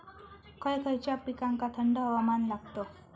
खय खयच्या पिकांका थंड हवामान लागतं?